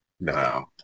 No